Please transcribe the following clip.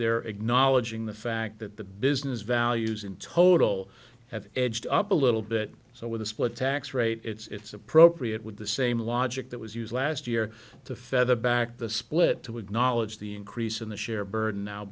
they're acknowledging the fact that the business values in total have edged up a little bit so with a split tax rate it's appropriate with the same logic that was used last year to feather back the split to acknowledge the increase in the share burden now